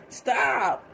stop